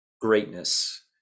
greatness